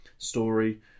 Story